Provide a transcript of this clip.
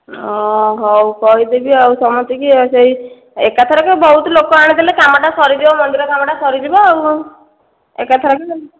ହଁ ହେଉ କହି ଦେବି ଆଉ ସମସ୍ତଙ୍କୁ ଯେ ସେଇ ଏକା ଥରକେ ବହୁତ ଲୋକ ଆଣିଦେଲେ କାମଟା ସରିଯିବ ମନ୍ଦିର କାମଟା ସରିଯିବ ଆଉ ଏକାଥରକେ